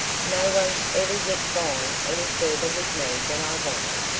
no one's ever yet gone any farther with me than i wanted!